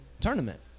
tournament